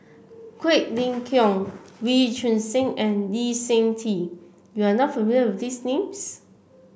Quek Ling Kiong Wee Choon Seng and Lee Seng Tee you are not familiar with these names